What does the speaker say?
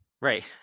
Right